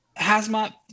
Hazmat